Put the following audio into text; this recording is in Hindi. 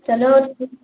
चलो